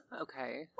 Okay